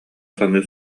саныы